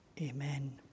amen